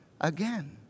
again